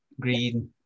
green